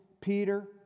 Peter